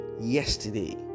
yesterday